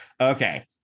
Okay